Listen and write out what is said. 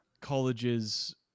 colleges